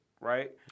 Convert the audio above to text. Right